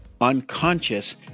unconscious